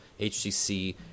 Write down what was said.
HTC